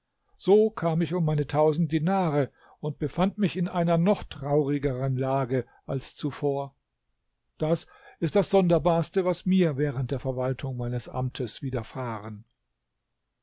so kam ich um meine tausend dinare und befand mich in einer noch traurigeren lage als zuvor das ist das sonderbarste was mir während der verwaltung meines amtes